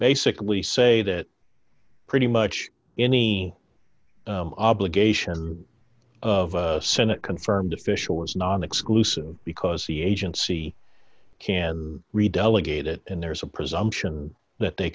basically say that pretty much any obligations of a senate confirmed official is non exclusive because the agency can read delegated and there's a presumption that they